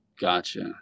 Gotcha